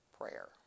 Prayer